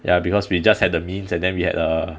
ya because we just had the means and then we had uh